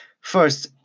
First